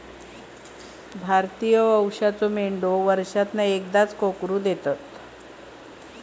भारतीय वंशाच्यो मेंढयो वर्षांतना एकदाच कोकरू देतत